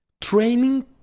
Training